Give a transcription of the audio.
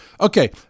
Okay